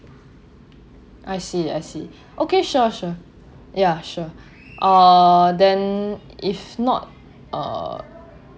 I see I see okay sure sure yeah sure uh then if not uh